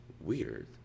weird